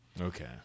Okay